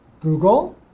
Google